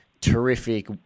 terrific